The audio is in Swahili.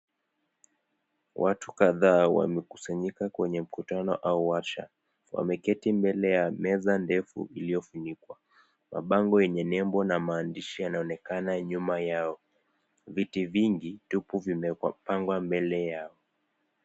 Watu kadhaa wamekusanyika kwenye mkutano au arsha wameketi mbele ya meza ndefu iliyofunikwa. Mapango yenye vinembo na maandishi yanaonekana nyuma yao, viti vingi tupu vimepangwa mbele yao.